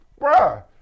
bruh